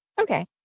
Okay